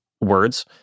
words